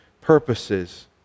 purposes